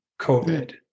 COVID